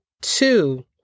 Two